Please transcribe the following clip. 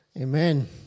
Amen